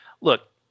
Look